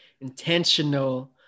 intentional